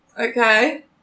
Okay